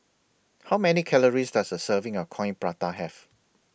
How Many Calories Does A Serving of Coin Prata Have